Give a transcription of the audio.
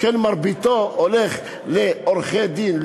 שכן מרביתו הולך לעורכי-דין,